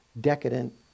decadent